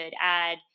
add